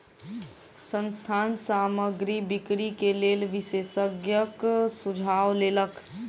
संस्थान सामग्री बिक्री के लेल विशेषज्ञक सुझाव लेलक